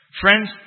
Friends